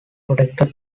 protected